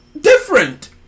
different